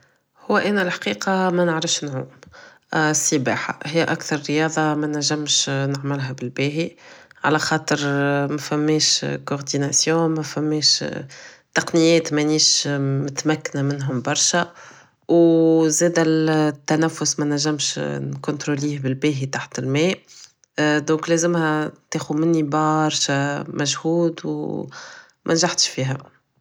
هو انا الحقيقة منعرفش نعوم السباحة هي اكثر رياضة منجمش نعملها بلباهي على خاطر مفماش coordination مفماش تقنيات منيش متمكنة منهم برشا و زادا التنفس منجمش نكوطروليه بلباهي تحت الماء donc لازمها تاخد من برشا مجهود و منجحتش فيها